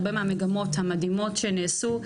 הרבה מהמגמות המדהימות שנעשו,